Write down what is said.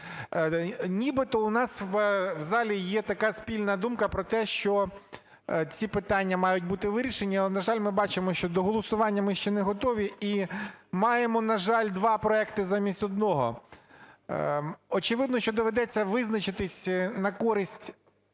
Нібито у нас в залі є така спільна думка про те, що ці питання мають бути вирішені. Але, на жаль, ми бачимо, що до голосування ми ще не готові і маємо, на жаль, два проекти замість одного. Очевидно, що доведеться визначитись на користь